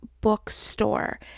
Bookstore